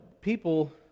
people